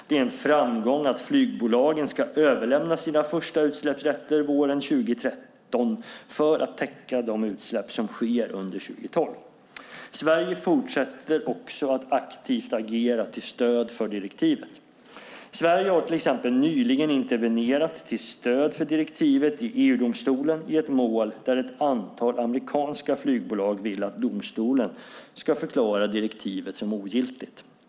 Det är en framgång att flygbolagen ska överlämna sina första utsläppsrätter våren 2013 för att täcka de utsläpp som sker under 2012. Sverige fortsätter också att aktivt agera till stöd för direktivet. Sverige har till exempel nyligen intervenerat till stöd för direktivet i EU-domstolen i ett mål där ett antal amerikanska flygbolag vill att domstolen ska förklara direktivet ogiltigt.